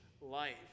life